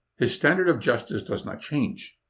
his standard of justice does not change.